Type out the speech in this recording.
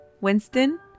Winston